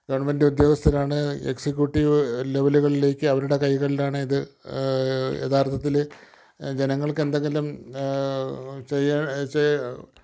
government ഉദ്യോഗസ്ഥരാണ് executive ലെവലുകളിലേക്ക് അവരുടെ കൈകളിലാണ് ഇത് യഥാർത്ഥത്തിൽ ജനങ്ങൾക്ക് എന്തെങ്കിലും ചെയ്യുക